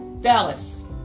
Dallas